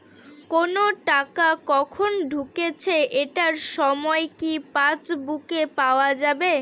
কোনো টাকা কখন ঢুকেছে এটার সময় কি পাসবুকে পাওয়া যাবে?